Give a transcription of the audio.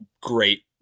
great